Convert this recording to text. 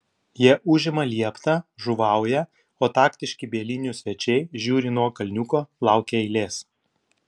jie užima lieptą žuvauja o taktiški bielinių svečiai žiūri nuo kalniuko laukia eilės